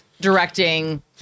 directing